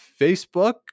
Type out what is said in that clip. Facebook